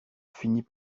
finit